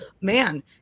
man